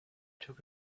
took